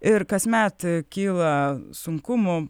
ir kasmet kyla sunkumų